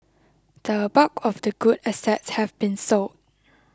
the bulk of the good assets have been sold